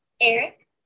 Eric